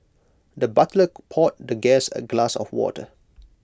the butler poured the guest A glass of water